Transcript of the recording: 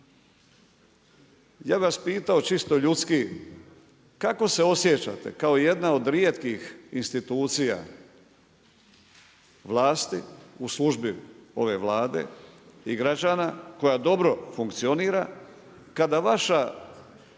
Ja bih vas pitao čito ljudski, kako se osjećate kao jedna od rijetkih institucija vlasti u službi ove Vlade i građana koja dobro funkcionira, kada vaši